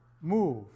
move